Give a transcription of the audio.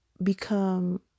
become